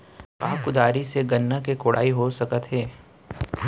का कुदारी से गन्ना के कोड़ाई हो सकत हे?